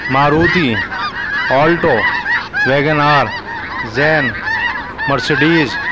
Maruti alto Wagon R zen Mercedes